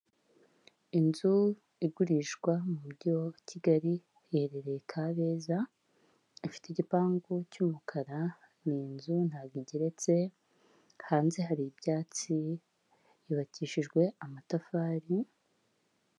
Inzu igurishwa mu mugi wa Kigali iherereye Kabeza, ifite igipangu cy'umukara, ni inzu ntabwo igeretse hanze hari ibyatsi yubakishijwe amatafari.